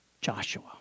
Joshua